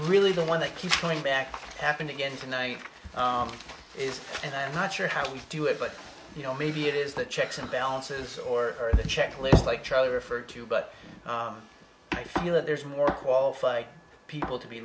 really the one that keeps coming back happened again tonight is and i'm not sure how we do it but you know maybe it is the checks and balances or the checklist like charlie referred to but i feel that there's more qualified people to be